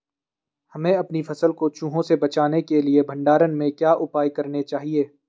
हमें अपनी फसल को चूहों से बचाने के लिए भंडारण में क्या उपाय करने चाहिए?